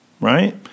Right